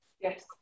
Yes